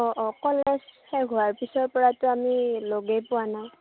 অ' অ' কলেজ শেষ হোৱাৰ পিছৰ পৰাটো আমি লগেই পোৱা নাই